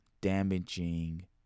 damaging